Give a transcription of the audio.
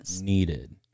needed